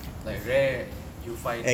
like rare you find